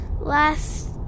last